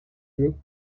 you